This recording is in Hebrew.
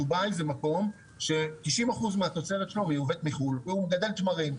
דובאי זה מקום ש-90 אחוז מהתוצרת שלו מיובאת מחו"ל והוא מגדל תמרים,